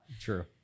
True